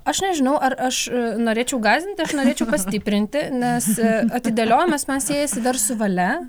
aš nežinau ar aš norėčiau gąsdinti aš norėčiau pastiprinti nes atidėliojimas man siejasi dar su valia